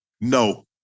No